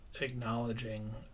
acknowledging